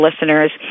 listeners